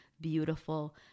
beautiful